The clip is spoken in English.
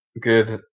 good